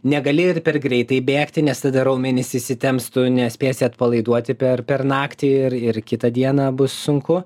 negali ir per greitai bėgti nes tada raumenys išsitemps tu nespėsi atpalaiduoti per per naktį ir ir kitą dieną bus sunku